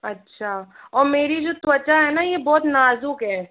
अच्छा और मेरी जो त्वचा है न ये बहुत नाज़ुक है